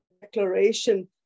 declaration